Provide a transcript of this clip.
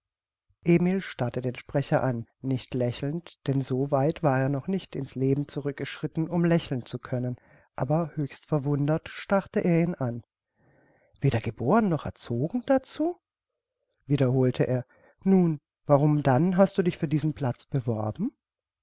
emil starrte den sprecher an nicht lächelnd denn so weit war er noch nicht in's leben zurückgeschritten um lächeln zu können aber höchst verwundert starrte er ihn an weder geboren noch erzogen dazu wiederholte er nun warum dann hast du dich um diesen platz beworben